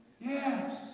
Yes